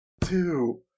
two